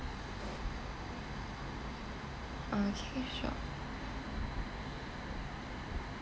okay sure